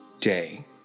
day